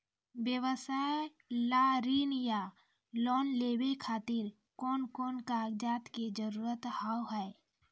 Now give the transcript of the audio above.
व्यवसाय ला ऋण या लोन लेवे खातिर कौन कौन कागज के जरूरत हाव हाय?